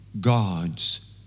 God's